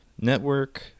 network